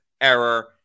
error